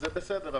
זה בסדר.